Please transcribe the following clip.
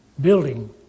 building